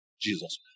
Jesus